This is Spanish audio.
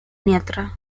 ntra